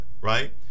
right